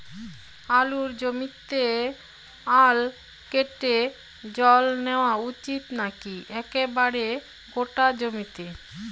আলুর জমিতে আল কেটে জল দেওয়া উচিৎ নাকি একেবারে গোটা জমিতে?